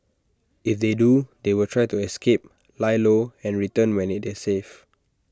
if they do they will try to escape lie low and return when IT is safe